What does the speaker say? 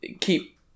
keep